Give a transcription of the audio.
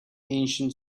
ancient